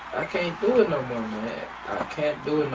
i can't do it no more. i can't do it no